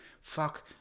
fuck